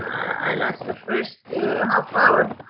i lost the first half hour,